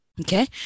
Okay